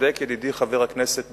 ידידי חבר הכנסת בן-סימון: